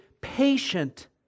patient